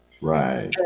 right